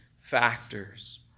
factors